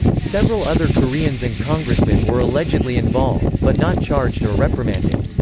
several other koreans and congressmen were allegedly involved, but not charged or reprimanded.